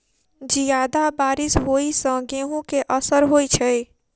जियादा बारिश होइ सऽ गेंहूँ केँ असर होइ छै?